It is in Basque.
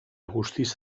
guztiz